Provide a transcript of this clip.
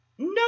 No